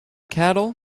cattle